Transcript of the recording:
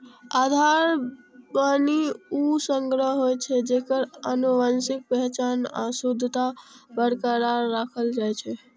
आधार बीहनि ऊ संग्रह होइ छै, जेकर आनुवंशिक पहचान आ शुद्धता बरकरार राखल जाइ छै